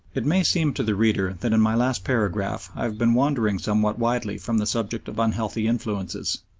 it may seem to the reader that in my last paragraph i have been wandering somewhat widely from the subject of unhealthy influences,